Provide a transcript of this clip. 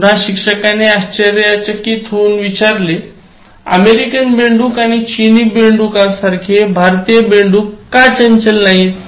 पुन्हा शिक्षकाने आश्चर्यचकित होऊन विचारले अमेरिकन बेडूक आणि चिनी बेडूकांसारखे भारतीय बेडूक का चंचल नाहीत